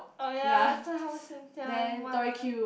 oh ya Starhub Singtel what lah